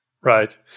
Right